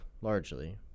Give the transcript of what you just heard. largely